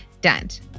Dent